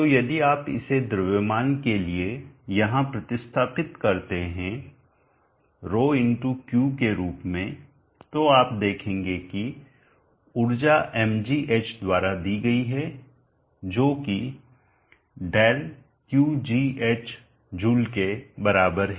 तो यदि आप इसे द्रव्यमान के लिए यहाँ प्रतिस्थापित करते हैं 𝜌 Q के रूप में तो आप देखेंगे कि ऊर्जा mgh द्वारा दी गई है जो कि 𝛿Qgh जूल के बराबर है